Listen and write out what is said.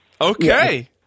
Okay